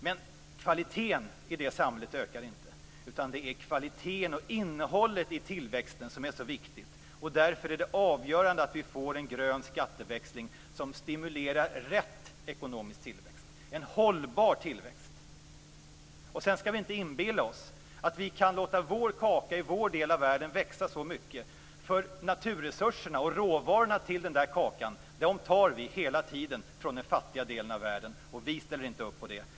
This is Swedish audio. Men kvaliteten i det samhället ökar inte. Det är kvaliteten och innehållet i tillväxten om är så viktigt, och därför är det avgörande att vi får en grön skatteväxling som stimulerar rätt ekonomisk tillväxt - en hållbar tillväxt. Sedan skall vi inte inbilla oss att vi kan låta vår kaka i vår del av världen växa så mycket. Naturresurserna och råvarorna till den kakan tar vi hela tiden från den fattiga delen av världen, och vi ställer inte upp på det.